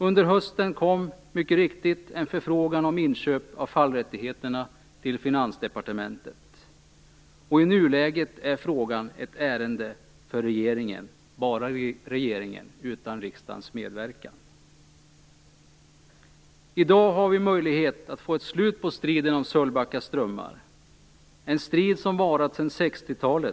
Under hösten kom mycket riktigt en förfrågan om inköp av fallrättigheterna till Finansdepartementet, och i nuläget är frågan ett ärende enbart för regeringen, utan någon medverkan från riksdagen. I dag har vi möjlighet att få ett slut på striden om Sölvbacka strömmar, en strid som varat sedan 60 talet.